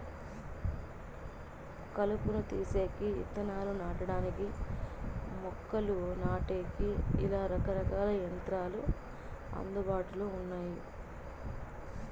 కలుపును తీసేకి, ఇత్తనాలు నాటడానికి, మొక్కలు నాటేకి, ఇలా రకరకాల యంత్రాలు అందుబాటులో ఉన్నాయి